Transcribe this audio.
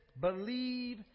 believe